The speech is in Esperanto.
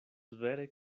vere